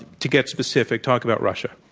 to get specific, talk about russia.